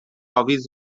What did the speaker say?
اویز